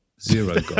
zero